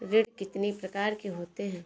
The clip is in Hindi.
ऋण कितनी प्रकार के होते हैं?